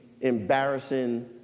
embarrassing